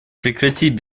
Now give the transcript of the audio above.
прекратить